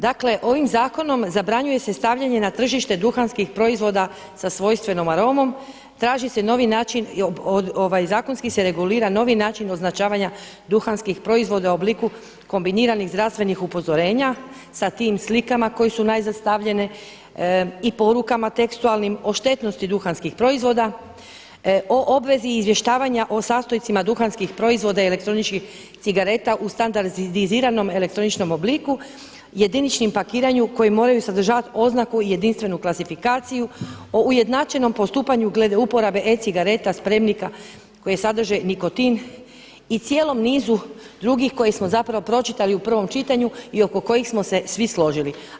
Dakle ovim zakonom zabranjuje se stavljanje na tržište duhanskih proizvoda sa svojstvenom aromom, traži se novi način zakonski se regulira novi način označavanja duhanskih proizvoda u obliku kombiniranih zdravstvenih upozorenja sa tim slikama koje su najzad stavljene i porukama tekstualnim o štetnosti duhanskih proizvoda, o obvezi izvještavanja o sastojcima duhanskih proizvoda i elektroničkih cigareta u standardiziranom elektroničkom obliku, jediničnom pakiranju koji moraju sazdavati oznaku jedinstvenu klasifikaciju, o ujednačenom postupanju glede uporabe e-cigareta spremnika koji sadrže nikotin i cijelom nizu drugih koje smo pročitali u prvom čitanju i oko kojih smo se svi složili.